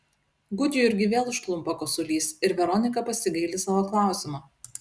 gudjurgį vėl užklumpa kosulys ir veronika pasigaili savo klausimo